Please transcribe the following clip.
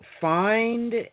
find